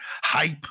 hype